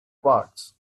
parts